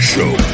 Show